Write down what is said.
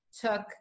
took